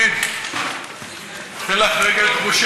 אמרתי תודה גם על ההזמנה